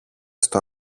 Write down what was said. στο